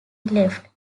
left